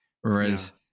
whereas